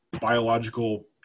biological